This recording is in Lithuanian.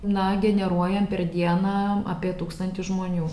na generuojam per dieną apie tūkstantis žmonių